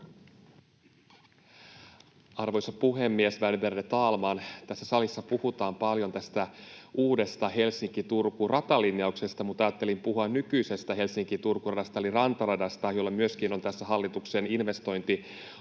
Arvoisa puhemies, värderade talman! Tässä salissa puhutaan paljon tästä uudesta Helsinki—Turku-ratalinjauksesta, mutta ajattelin puhua nykyisestä Helsinki—Turku-radasta eli rantaradasta, jolle myöskin on tässä hallituksen investointiohjelmassa